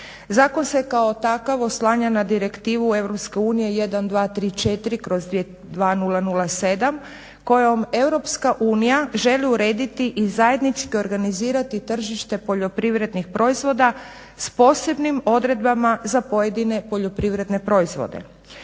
zakon se kao takav oslanja na direktivu EU 1234/2007 kojom EU želi urediti i zajednički organizirati tržište poljoprivrednih proizvoda s posebnim odredbama za pojedine poljoprivredne proizvode.